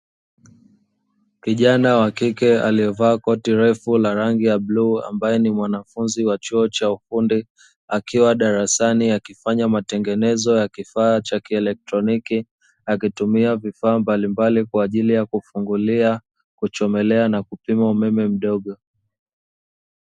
Kijana wa kike aliyevaa koti refu la rangi ya bluu ambaye ni mwanafunzi wa chuo cha ufundi akiwa darasani akifanya matengenezo ya kifaa cha kielektroniki akitumia vifaa mbalimbali kwa ajili ya kufungulia, kuchomelea na kupima umeme mdogo.